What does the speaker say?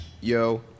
Yo